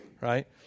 right